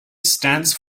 stands